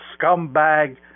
scumbag